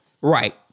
Right